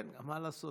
כן, מה לעשות?